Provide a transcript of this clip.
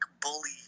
bully